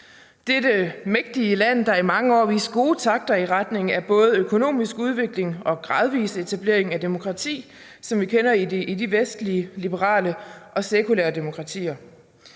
dette mægtige land, der i mange år har vist gode takter i retning af både økonomisk udvikling og gradvis etablering af demokrati, som vi kender det fra de vestlige liberale og sekulære demokratier.